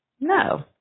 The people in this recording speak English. No